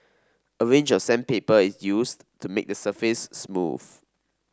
a range of sandpaper is used to make the surface smooth